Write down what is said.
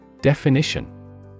Definition